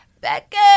becky